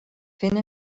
fent